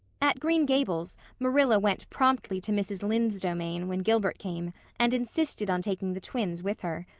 at green gables marilla went promptly to mrs. lynde's domain when gilbert came and insisted on taking the twins with her.